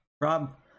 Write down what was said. Rob